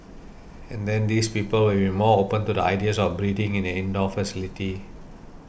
and then these people will be more open to the ideas of breeding in an indoor facility